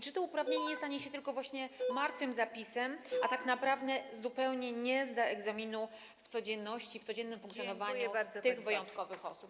Czy to uprawnienie nie stanie się tylko martwym zapisem i tak naprawdę zupełnie nie zda egzaminu w codzienności, w codziennym funkcjonowaniu tych wyjątkowych osób?